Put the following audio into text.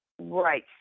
right